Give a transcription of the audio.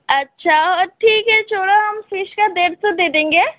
अच्छा और ठीक है छोड़ो हम फिश का डेढ़ सौ दे देंगे